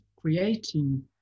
creating